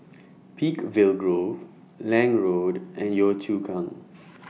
Peakville Grove Lange Road and Yio Chu Kang